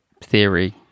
theory